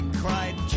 cried